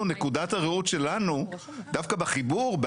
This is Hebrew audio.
אנחנו נחזור למשרדים אחר כך,